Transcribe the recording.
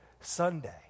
Sunday